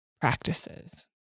practices